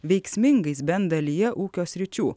veiksmingais bent dalyje ūkio sričių